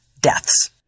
deaths